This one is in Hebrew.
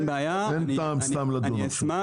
אין טעם סתם לדון עכשיו.